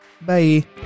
Bye